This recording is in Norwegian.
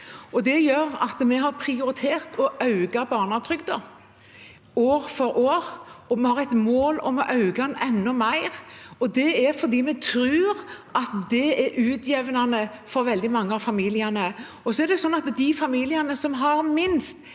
Det gjør at vi har prioritert å øke barnetrygden år for år, og vi har et mål om å øke den enda mer. Det er fordi vi tror at det er utjevnende for veldig mange av familiene. De familiene som har minst,